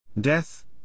Death